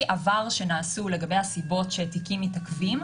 עבר שנעשו לגבי הסיבות שתיקים מתעכבים,